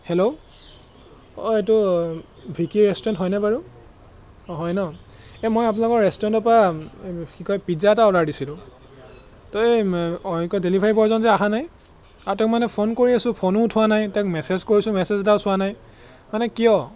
hello অ' এইটো Vicky restaurant হয়নে বাৰু অঁ হয় ন এই মই আপোনালোকৰ ৰেষ্টুৰেণ্টৰপৰা কি কয় পিজ্জা এটা অৰ্ডাৰ দিছিলোঁ এই অঁ কি কয় ডেলিভাৰী বয়জন যে অহা নাই আৰু তেওঁক মানে ফোন কৰি আছোঁ ফোনো উঠোৱা নাই তেওঁক মেছেজ কৰিছোঁ মেছেজ এটাও চোৱা নাই মানে কিয়